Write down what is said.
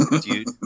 dude